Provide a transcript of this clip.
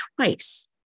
twice